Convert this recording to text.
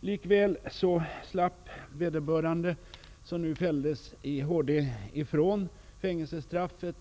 Likväl slapp vederbörande, som nu fälldes i HD, ifrån fängelsestraffet.